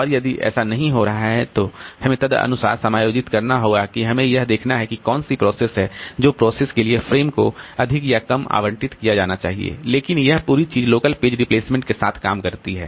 और यदि ऐसा नहीं हो रहा है तो हमें तदनुसार समायोजित करना होगा कि हमें यह देखना है कि कौन सी प्रोसेस है जो प्रोसेस के लिए फ्रेम को अधिक या कम आवंटित किया जाना चाहिए लेकिन यह पूरी चीज लोकल पेज रिप्लेसमेंट के साथ काम करती है